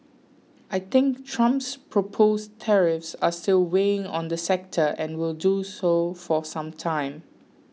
I think Trump's proposed tariffs are still weighing on the sector and will do so for some time